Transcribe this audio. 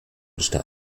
stand